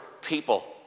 people